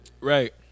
Right